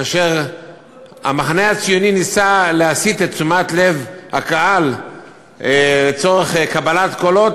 כאשר המחנה הציוני ניסה להסיט את תשומת לב הקהל לצורך קבלת קולות,